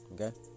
okay